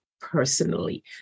personally